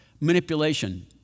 manipulation